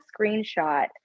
screenshot